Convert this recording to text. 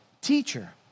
Teacher